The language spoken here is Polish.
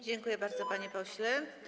Dziękuję bardzo, panie pośle.